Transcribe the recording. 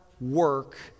work